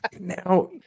Now